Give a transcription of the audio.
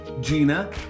Gina